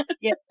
Yes